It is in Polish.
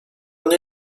nie